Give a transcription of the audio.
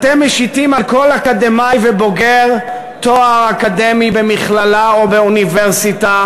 אתם משיתים על כל אקדמאי ובוגר תואר אקדמי במכללה או באוניברסיטה